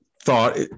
thought